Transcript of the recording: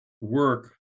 work